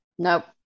Nope